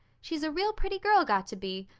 she's a real pretty girl got to be,